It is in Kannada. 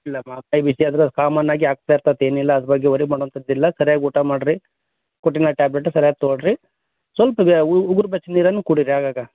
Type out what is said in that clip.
ಇಲ್ಲಮ್ಮ ಮೈ ಬಿಸಿ ಆದರೆ ಅದು ಕಾಮನ್ನಾಗಿ ಆಗ್ತಾ ಇರ್ತತೆ ಏನಿಲ್ಲ ಅದು ಬಗ್ಗೆ ವರಿ ಮಾಡುವಂಥದ್ದಿಲ್ಲ ಸರ್ಯಾಗಿ ಊಟ ಮಾಡಿರಿ ಕೊಟ್ಟಿರೋ ಟ್ಯಾಬ್ಲೆಟ್ ಸರ್ಯಾಗಿ ತೊಗೊಳ್ಳಿ ರೀ ಸ್ವಲ್ಪ ಉಗುರು ಬೆಚ್ಚನೆ ನೀರನ್ನು ಕುಡೀರಿ ಆಗಾಗ